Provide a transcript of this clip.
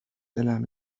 دلم